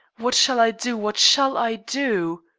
what shall i do? what shall i do?